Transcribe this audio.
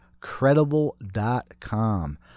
Credible.com